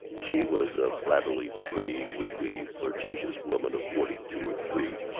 she was a flabbily pretty, weakly flirtatious woman of forty-two or three,